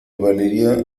valeria